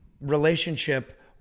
relationship